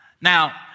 Now